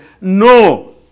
no